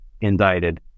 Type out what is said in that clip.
indicted